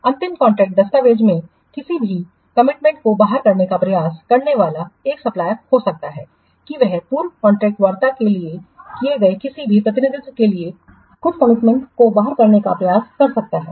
अंतिम कॉन्ट्रैक्ट दस्तावेज़ में किसी भी कमिटमेंट को बाहर करने का प्रयास करने वाला एक सप्लायर्सहो सकता है कि वह पूर्व कॉन्ट्रैक्ट वार्ता में किए गए किसी भी प्रतिनिधित्व के लिए कुछ कमिटमेंट को बाहर करने का प्रयास कर सकता है